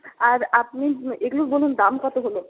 আর আপনি এগুলো বলুন দাম কত হলো